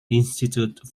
institute